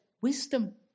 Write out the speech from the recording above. Wisdom